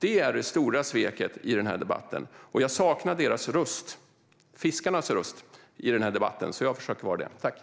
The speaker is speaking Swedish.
Det är det som är det stora sveket. Jag saknar fiskarnas röst i debatten, så jag försöker att vara den rösten.